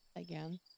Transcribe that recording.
again